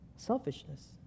Selfishness